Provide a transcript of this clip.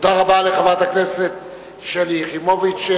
תודה רבה לחברת הכנסת שלי יחימוביץ.